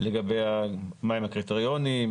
לגבי מה הקריטריונים,